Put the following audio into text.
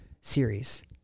series